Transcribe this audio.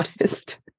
honest